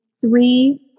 three